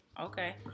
Okay